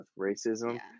racism